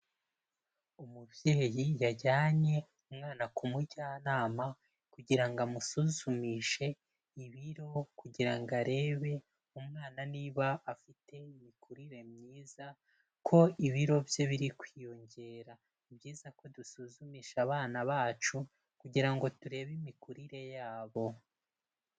Umubyeyi yajyanye umwana ku mujyanama kugira ngo amusuzumishe ibiro, kugira ngo arebe umwana niba afite imikurire myiza, ko ibiro bye biri kwiyongera. Ni byiza ko dusuzumisha abana bacu, kugira ngo turebe imikurire yabo.